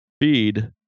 feed